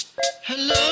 hello